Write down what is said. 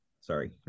sorry